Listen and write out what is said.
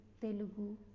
Telugu